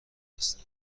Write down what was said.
هستن